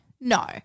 No